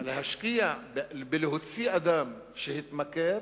להשקיע בלהוציא אדם שהתמכר,